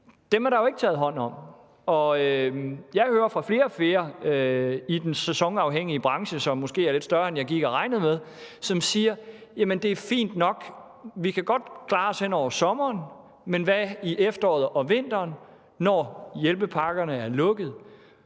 – er der jo ikke taget hånd om. Jeg hører fra flere og flere i den sæsonafhængige branche, som måske er lidt større, end jeg gik og regnede med, som siger: Jamen det er fint nok; vi kan godt klare os hen over sommeren, men hvad med efteråret og vinteren, når hjælpepakkerne er lukket?